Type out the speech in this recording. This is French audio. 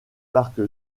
parc